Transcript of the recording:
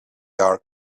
are